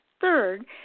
third